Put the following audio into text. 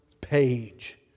page